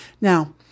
Now